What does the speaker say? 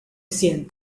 cien